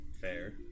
Fair